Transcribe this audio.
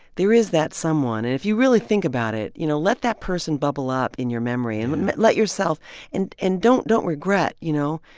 there is that someone. and if you really think about it, you know, let that person bubble up in your memory yeah and let yourself and and don't don't regret, you know?